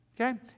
Okay